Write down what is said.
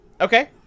Okay